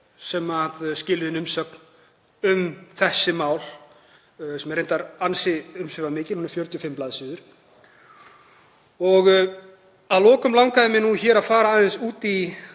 sem skiluðu inn umsögn um þessi mál, sem er reyndar ansi umfangsmikil, hún er 45 blaðsíður. Að lokum langaði mig að fara aðeins út í